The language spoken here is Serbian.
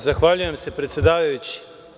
Zahvaljujem se, predsedavajući.